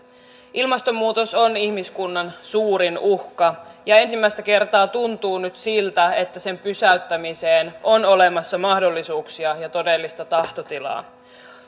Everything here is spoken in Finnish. ilmastonmuutos on ihmiskunnan suurin uhka ja ensimmäistä kertaa tuntuu nyt siltä että sen pysäyttämiseen on olemassa mahdollisuuksia ja todellista tahtotilaa